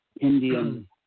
Indian